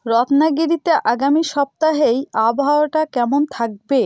রত্নাগিরিতে আগামী সপ্তাহেই আবহাওয়াটা কেমন থাকবে